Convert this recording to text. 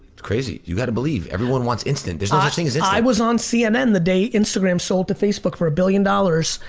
it's crazy. you gotta believe. everyone wants instant. there's no such thing as instant. yeah i was on cnn the day instagram sold to facebook for a billion dollars,